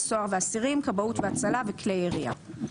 סוהר ואסירים; כבאות והצלה; כלי ירייה.